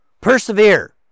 Persevere